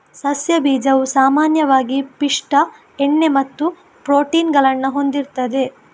ಸಸ್ಯ ಬೀಜವು ಸಾಮಾನ್ಯವಾಗಿ ಪಿಷ್ಟ, ಎಣ್ಣೆ ಮತ್ತು ಪ್ರೋಟೀನ್ ಗಳನ್ನ ಹೊಂದಿರ್ತದೆ